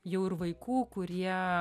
jau ir vaikų kurie